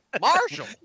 Marshall